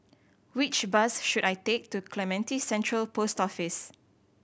which bus should I take to Clementi Central Post Office